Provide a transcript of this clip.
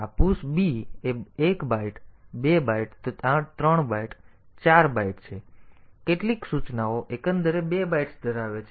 તેથી આ push b એ 1 બાઇટ 2 બાઇટ 3 બાઇટ 4 બાઇટ છે કેટલીક સૂચનાઓ એકંદરે બે બાઇટ્સ ધરાવે છે